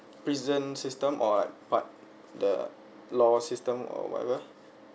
prison system or part the law system or whatever